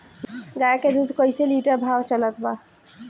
गाय के दूध कइसे लिटर भाव चलत बा?